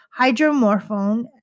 hydromorphone